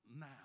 now